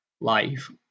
life